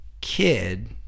kid